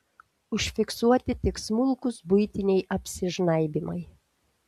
užfiksuoti tik smulkūs buitiniai apsižnaibymai